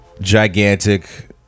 gigantic